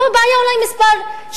זו אולי בעיה מספר שתיים,